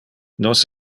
nos